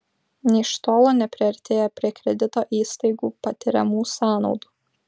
nė iš tolo nepriartėja prie kredito įstaigų patiriamų sąnaudų